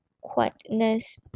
quietness